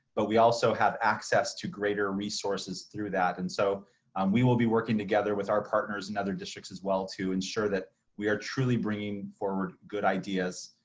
but we also have access to greater resources through that. and so um we will be working together with our partners and other districts as well to ensure that we are truly bringing forward good ideas,